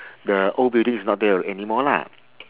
the old building is not there anymore lah